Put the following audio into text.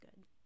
good